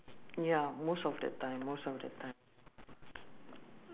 um ya ya